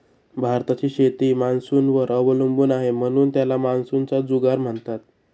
भारताची शेती मान्सूनवर अवलंबून आहे, म्हणून त्याला मान्सूनचा जुगार म्हणतात